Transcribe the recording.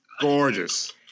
gorgeous